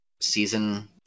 season